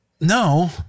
no